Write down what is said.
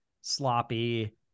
sloppy